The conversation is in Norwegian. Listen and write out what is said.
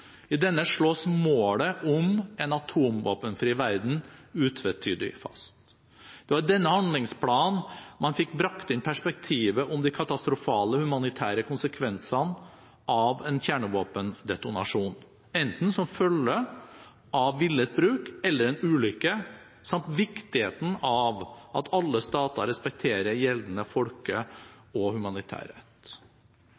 I denne slås målet om en atomvåpenfri verden utvetydig fast. Det var i denne handlingsplanen man fikk bragt inn perspektivet om de katastrofale humanitære konsekvensene av en kjernevåpendetonasjon, enten som følge av villet bruk, eller en ulykke, samt viktigheten av at alle stater respekterer gjeldende